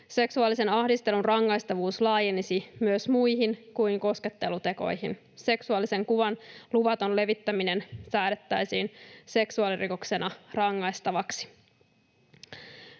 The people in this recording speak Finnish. Seksuaalisen ahdistelun rangaistavuus laajenisi myös muihin kuin koskettelutekoihin. Seksuaalisen kuvan luvaton levittäminen säädettäisiin seksuaalirikoksena rangaistavaksi.